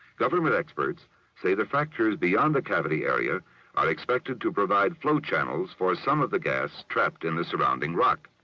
government experts say the factors beyond the cavity area are expected to provide flow channels for some of the gas trapped in the surrounding rock.